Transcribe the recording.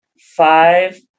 five